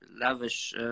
lavish